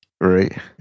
right